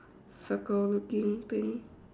circle looking thing